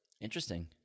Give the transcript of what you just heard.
Interesting